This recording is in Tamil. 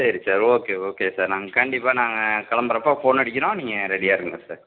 சரி சார் ஓகே ஓகே சார் நாங்கள் கண்டிப்பாக நாங்கள் கிளம்புறப்ப ஃபோன் அடிக்கிறோம் நீங்கள் ரெடியாக இருங்கள் சார்